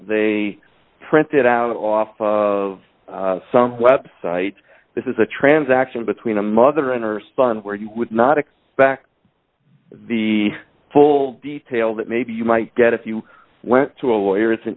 they printed out off of some website this is a transaction between a mother and her son where you would not expect the full details that maybe you might get if you went to a lawyer it's an